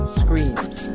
screams